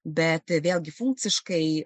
bet vėlgi funkciškai